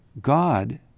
God